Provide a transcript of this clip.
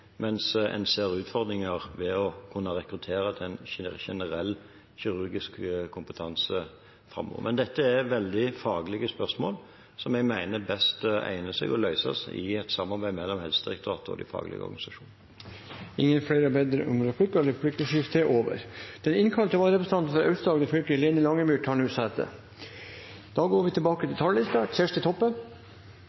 mens en ser utfordringer ved å kunne rekruttere til en generell kirurgisk kompetanse framover. Men dette er veldig faglige spørsmål som jeg mener best egner seg til å løses i et samarbeid mellom Helsedirektoratet og de faglige organisasjonene. Replikkordskiftet er over. Den innkalte vararepresentant for Aust-Agder fylke, Lene Langemyr , tar